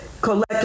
collect